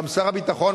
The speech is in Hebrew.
גם שר הביטחון,